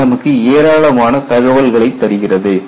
இது நமக்கு ஏராளமான தகவல்களைத் தருகிறது